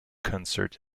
concert